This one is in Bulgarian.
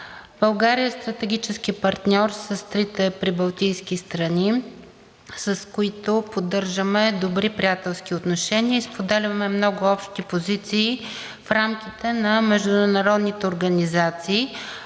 България е стратегически партньори с трите прибалтийски страни, с които поддържаме добри приятелски отношения и споделяме много общи позиции в рамките на международните организации.